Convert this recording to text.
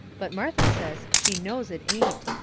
but martha says she knows it ain't.